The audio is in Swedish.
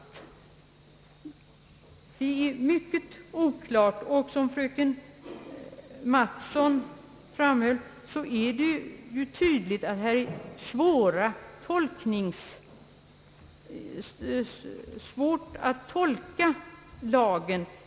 Det är tydligt — som fröken Mattson här framhöll — att det är svårt att i detta fall tolka lagen.